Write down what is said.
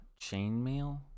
chainmail